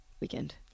weekend